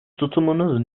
tutumunuz